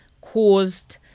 caused